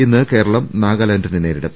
ഇന്ന് കേരളം നാഗാലാന്റിനെ നേരിടും